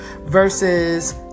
versus